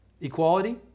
Equality